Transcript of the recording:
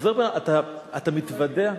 אתה מתוודע,